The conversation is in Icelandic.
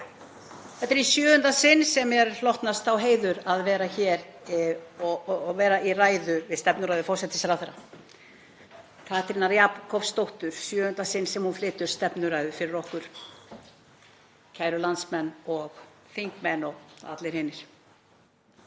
Þetta er í sjöunda sinn sem mér hlotnast sá heiður að vera hér í ræðu við stefnuræðu forsætisráðherra Katrínar Jakobsdóttur, í sjöunda sinn sem hún flytur stefnuræðu fyrir okkur, kæru landsmenn og þingmenn og allir hinir.